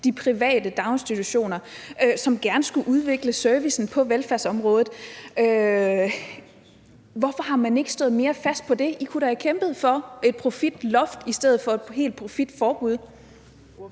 de private daginstitutioner, som gerne skulle udvikle servicen på velfærdsområdet. Hvorfor har man ikke stået mere fast på det? I kunne da have kæmpet for et profitloft i stedet for et helt profitforbud.